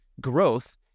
growth